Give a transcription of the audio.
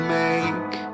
make